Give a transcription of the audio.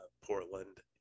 Portland